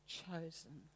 chosen